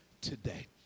today